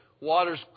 waters